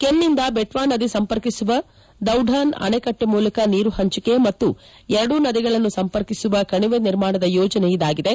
ಕೆನ್ನಿಂದ ದೆಟ್ನಾ ನದಿ ಸಂಪರ್ಕಿಸುವ ದೌಢಾನ್ ಅಣೆಕಟ್ಲೆ ಮೂಲಕ ನೀರು ಹಂಚಿಕೆ ಮತ್ತು ಎರಡೂ ನದಿಗಳನ್ನು ಸಂಪರ್ಕಿಸುವ ಕಣಿವೆ ನಿರ್ಮಾಣದ ಯೋಜನೆ ಇದಾಗಿದೆ